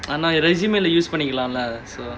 ஆனா:aanaa resume lah use பணிக்கலாம்ல:pannikkalaamla so